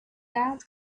that